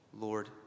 Lord